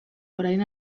orain